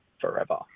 forever